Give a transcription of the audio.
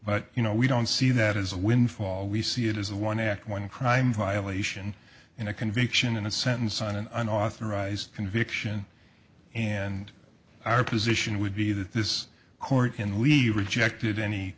but you know we don't see that as a windfall we see it as a one act one crime violation in a conviction in a sentence on an unauthorized conviction and our position would be that this court can we rejected any